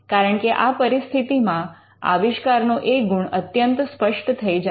કારણ કે આ પરિસ્થિતિમાં આવિષ્કાર નો એ ગુણ અત્યંત સ્પષ્ટ થઈ જાય છે